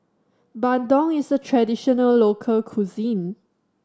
Bandung is a traditional local cuisine